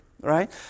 right